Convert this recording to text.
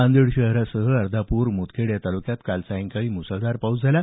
नांदेड शहरासह अर्धापूर मुदखेड या तालुक्यात काल सायंकाळी मुसळधार पाऊस झाला